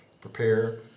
prepare